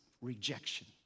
Rejection